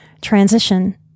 transition